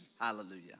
Hallelujah